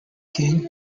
king